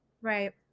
Right